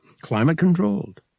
Climate-controlled